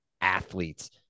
athletes